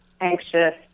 anxious